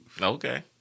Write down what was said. Okay